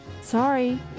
Sorry